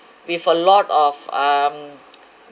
with a lot of um